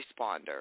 responder